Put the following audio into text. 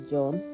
John